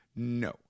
No